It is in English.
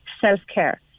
self-care